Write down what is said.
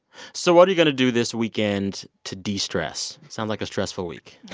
so what are you going to do this weekend to de-stress? sounds like a stressful week